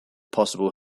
possible